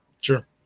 Sure